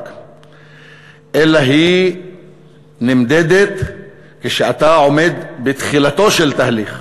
אלא היא נמדדת כשאתה עומד בתחילתו של תהליך